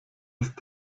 ist